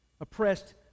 Oppressed